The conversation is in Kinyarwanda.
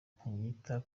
ntiyita